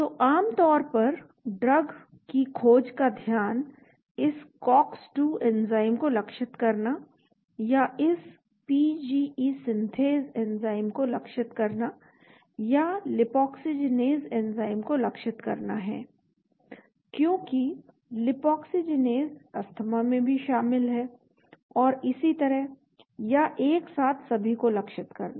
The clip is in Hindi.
तो आम तौर पर ड्रग की खोज का ध्यान इस COX2 एंजाइम को लक्षित करना या इस PGE सिंथेस एंजाइम को लक्षित करना या लिपोक्सिजीनेज़ एंजाइम को लक्षित करना है क्योंकि लिपोक्सिजीनेज़ अस्थमा में भी शामिल है और इसी तरह या एक साथ सभी को लक्षित करना